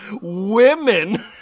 women